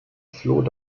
floh